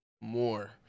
more